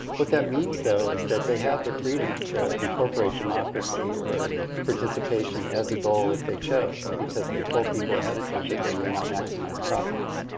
what that means though is that they have the freedom to incorporate democracy or participation as a goal if they chose. because they've told people ahead of time that they may not maximize profits.